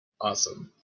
Awesome